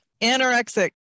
Anorexic